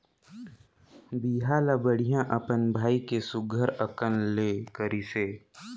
बिहा ल बड़िहा अपन भाई के सुग्घर अकन ले करिसे